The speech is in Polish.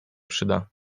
przyda